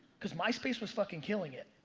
cause myspace was fuckin killing it.